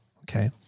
okay